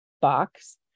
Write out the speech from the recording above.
box